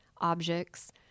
objects